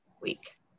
week